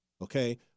Okay